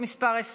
של קבוצת סיעת יש